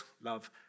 love